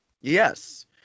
Yes